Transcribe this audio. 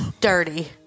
dirty